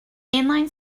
inline